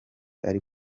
ari